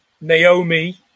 Naomi